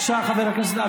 עוד שבוע אתם נכשלים.